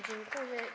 Dziękuję.